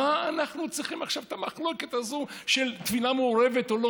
מה אנחנו צריכים עכשיו את המחלוקת הזאת של תפילה מעורבת או לא?